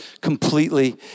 completely